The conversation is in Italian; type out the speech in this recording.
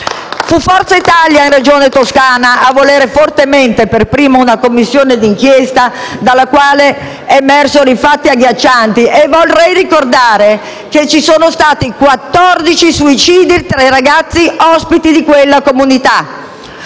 Fu Forza Italia, in Regione Toscana, a volere fortemente, per prima, una Commissione d'inchiesta, dalla quale emersero i fatti agghiaccianti e vorrei ricordare che ci sono stati 14 suicidi tra i ragazzi ospiti di quella comunità.